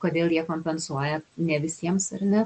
kodėl jie kompensuoja ne visiems ir ne